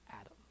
Adam